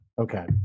okay